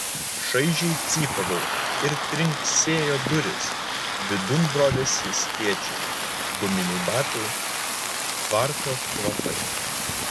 šaižiai cypavo ir trinksėjo durys vidun brovėsi skėčiai guminiai batai tvarto kvapai